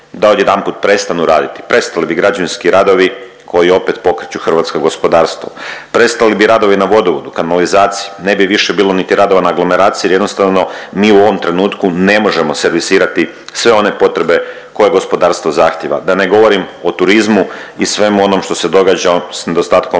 da odjedanput prestanu raditi. Prestali bi građevinski radovi koji opet pokreću hrvatsko gospodarstvo. Prestali bi radovi na vodovodu, kanalizaciji, ne bi više bilo niti radova na aglomeraciji jer jednostavno mi u ovom trenutku ne možemo servisirati sve one potrebe koje gospodarstvo zahtjeva. Da ne govorim o turizmu i svemu onom što se događa s nedostatkom